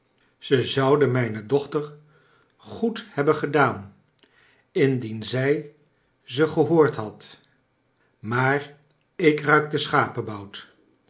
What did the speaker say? ze zouden mijne dochter goed hebben gedaan indien zij ze gehoord had maar ik ruik de